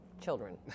children